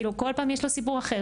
כל פעם יש לו סיפור אחר,